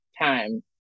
time